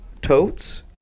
totes